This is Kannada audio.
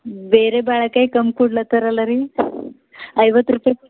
ಬೇರೆ ಬಾಳೆಕಾಯಿ ಕಮ್ಮಿ ಕೊಡ್ಲತ್ತೀರಲ್ಲ ರೀ ಐವತ್ತು ರೂಪಾಯಿ